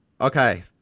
Okay